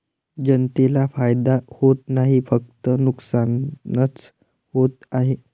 जनतेला फायदा होत नाही, फक्त नुकसानच होत आहे